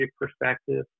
perspective